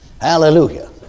Hallelujah